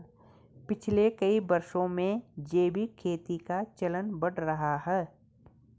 पिछले कई वर्षों में जैविक खेती का चलन बढ़ गया है